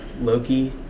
Loki